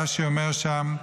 רש"י אומר שם: